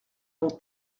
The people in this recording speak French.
nom